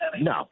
No